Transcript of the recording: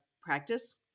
practice